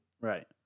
Right